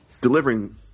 delivering